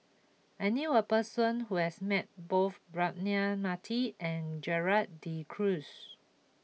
I knew a person who has met both Braema Mathi and Gerald De Cruz